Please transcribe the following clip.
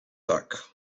tak